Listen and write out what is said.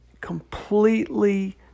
completely